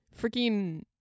freaking